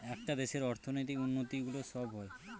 একটা দেশের অর্থনৈতিক উন্নতি গুলো সব হয়